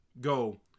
go